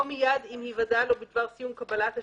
או מיד עם היוודע לו בדבר סיום קבלת השירותים,